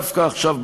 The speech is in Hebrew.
דווקא עכשיו,